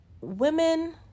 Women